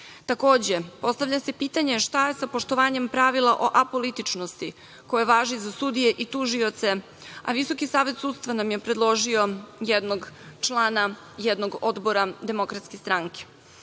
postavlja se pitanje šta je sa poštovanjem pravila o apolitičnosti koje važi za sudije i tužioce, a Visoki savet sudstva nam je predložio jednog člana jednog odbora DS. Da ne